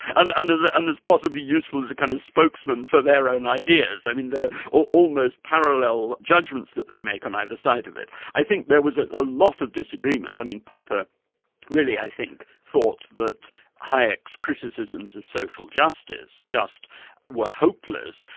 and and as ah and as possibly useful as a kind of spokesman for their own ideas, i mean they're almost parallel judgments that they make on either side of it. i think there was ah a lot of disagreement. i mean popper really i think thought that hayek's criticisms of social justice just were hopeless,